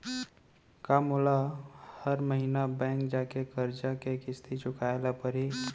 का मोला हर महीना बैंक जाके करजा के किस्ती चुकाए ल परहि?